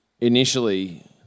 initially